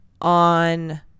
on